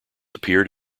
appeared